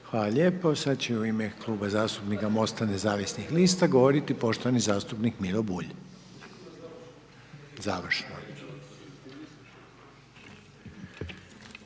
Hvala lijepo, sad će u ime Kluba zastupnika MOST-a nezavisnih lista govoriti poštovani zastupnik Miro Bulj. **Bulj,